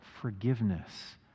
forgiveness